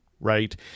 Right